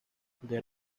there